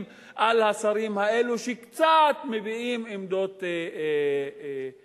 על השרים האלה שקצת מביעים עמדות מתונות.